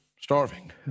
starving